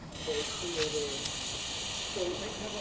they created fake,